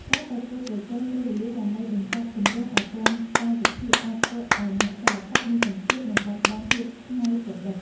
ការប្រកួតប្រជែងពេលវេលាដើម្បីបញ្ចប់គម្រោងឱ្យទាន់កាលវិភាគ អាចធ្វើឱ្យអ្នកសិល្បៈមានសម្ពាធ និងបាត់បង់ភាពច្នៃប្រឌិត។